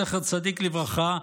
זכר צדיק לברכה,